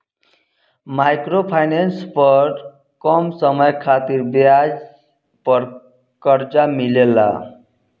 micro finance पर कम समय खातिर ब्याज पर कर्जा मिलेला